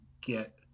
get